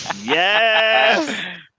Yes